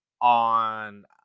on